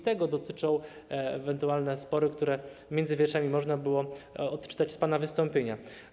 Tego dotyczą ewentualne spory, które między wierszami można było odczytać z pana wystąpienia.